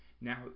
Now